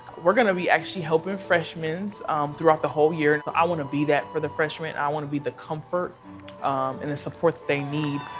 we're gonna be actually helping freshman so um throughout the whole year. but i want to be that for the freshman. i want to be the comfort and the support that they need.